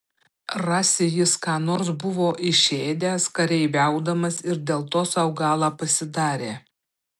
rasi jis ką nors buvo išėdęs kareiviaudamas ir dėl to sau galą pasidarė